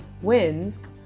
wins